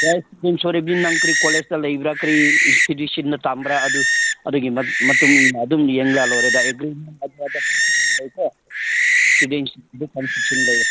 students ꯑꯣꯏꯔꯕꯗꯤ ꯅꯪ ꯀꯔꯤ ꯀꯣꯂꯦꯖꯇ ꯂꯩꯕ꯭ꯔꯥ ꯀꯔꯤ ꯏꯟꯁꯇꯤꯇ꯭ꯌꯨꯁꯟꯗ ꯇꯝꯕ꯭ꯔꯥ ꯑꯗꯨ ꯑꯗꯨꯒꯤ ꯃꯇꯨꯡ ꯏꯟꯅ ꯑꯗꯨꯝ ꯌꯦꯡꯂꯒ ꯂꯣꯏꯔꯦꯗ ꯑꯦꯒ꯭ꯔꯤꯃꯦꯟ ꯑꯗꯨ ꯑꯗꯥ ꯏꯁꯇꯨꯗꯦꯟꯁꯀꯤꯁꯨ ꯀꯟꯁꯦꯁꯟ ꯂꯩꯌꯦ